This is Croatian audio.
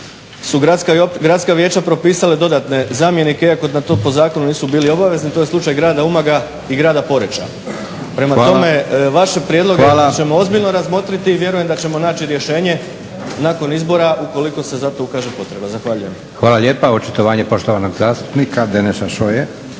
su gradska vijeća propisala dodatne zamjenike iako na to po zakonu nisu bili obavezni. To je slučaj grada Umaga i grada Poreča. Prema tome, vaše prijedloge ćemo ozbiljno razmotriti i vjerujem da ćemo naći rješenje nakon izbora ukoliko se za to ukaže potreba. Zahvaljujem. **Leko, Josip (SDP)** Hvala lijepa. Očitovanje poštovanog zastupnika Deneša Šoje.